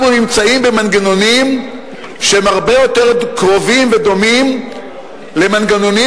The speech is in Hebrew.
אנחנו נמצאים במנגנונים שהם הרבה יותר קרובים ודומים למנגנונים